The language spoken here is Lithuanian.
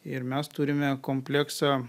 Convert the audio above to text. ir mes turime kompleksą